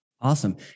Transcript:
Awesome